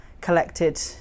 collected